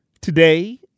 Today